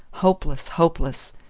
hopeless, hopeless!